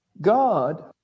God